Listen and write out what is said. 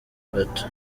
gato